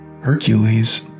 Hercules